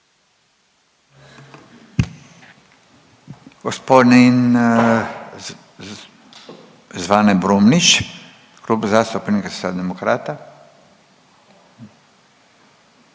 Gospodin Zvane Brumnić, Klub zastupnika Socijaldemokrata.